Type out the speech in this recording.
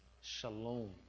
shalom